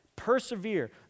persevere